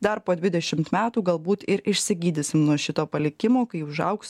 dar po dvidešimt metų galbūt ir išsigydysim nuo šito palikimo kai užaugs